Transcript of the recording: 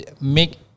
make